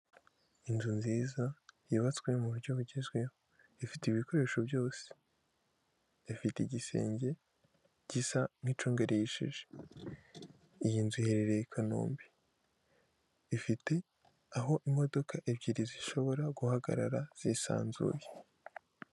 Inzu nziza yubatswe mu buryo bugezweho, ifite ibikoresho byose, ifite igisenge gisa nk'icunga rihishije iyi nzu iherereye i kanombe, ifite aho imodoka ebyiri zishobora guhagarara zisanzuye.